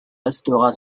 restera